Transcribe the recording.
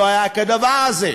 לא היה כדבר הזה,